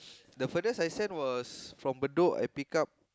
the furthest I send was from Bedok I pick up